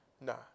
nah